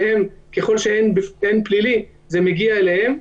וככל שאין פלילי זה מגיע אליהם.